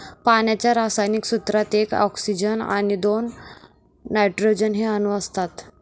पाण्याच्या रासायनिक सूत्रात एक ऑक्सीजन आणि दोन हायड्रोजन चे अणु असतात